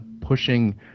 pushing